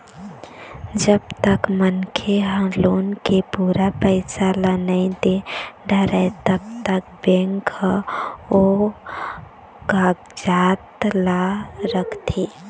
जब तक मनखे ह लोन के पूरा पइसा ल नइ दे डारय तब तक बेंक ह ओ कागजात ल राखथे